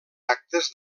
actes